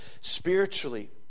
spiritually